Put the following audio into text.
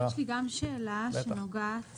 שאלה שנוגעת